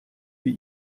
wie